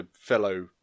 fellow